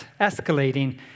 escalating